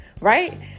Right